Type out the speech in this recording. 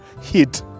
hit